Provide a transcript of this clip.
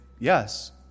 Yes